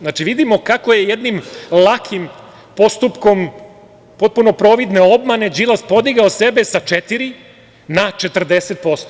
Znači, vidimo kako je jednim lakim postupkom potpuno providne obmane Đilas podigao sebe sa 4% na 40%